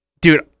Dude